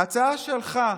ההצעה שלך,